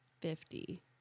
Fifty